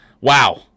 Wow